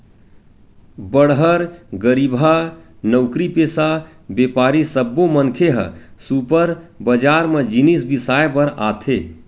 बड़हर, गरीबहा, नउकरीपेसा, बेपारी सब्बो मनखे ह सुपर बजार म जिनिस बिसाए बर आथे